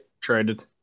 traded